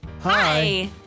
Hi